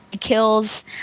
kills